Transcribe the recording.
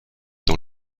dans